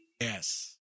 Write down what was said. Yes